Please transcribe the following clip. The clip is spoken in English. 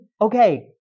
okay